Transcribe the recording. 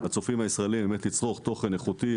לצופים הישראלים לצרוך תוכן איכותי.